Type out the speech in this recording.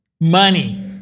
money